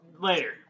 later